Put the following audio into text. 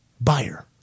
buyer